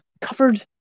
covered